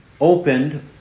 opened